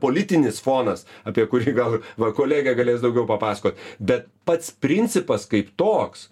politinis fonas apie kurį gal va kolegė galės daugiau papasakot bet pats principas kaip toks